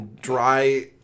dry